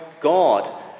God